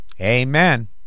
Amen